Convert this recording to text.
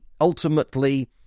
ultimately